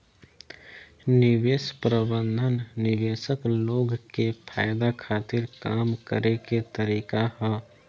निवेश प्रबंधन निवेशक लोग के फायदा खातिर काम करे के तरीका ह